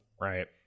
right